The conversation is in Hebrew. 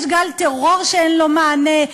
יש גל טרור שאין לו מענה,